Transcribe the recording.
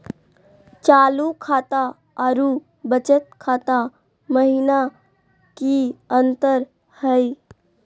चालू खाता अरू बचत खाता महिना की अंतर हई?